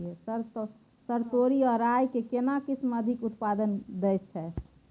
Sir तोरी आ राई के केना किस्म अधिक उत्पादन दैय छैय?